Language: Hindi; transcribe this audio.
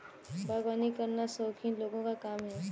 बागवानी करना शौकीन लोगों का काम है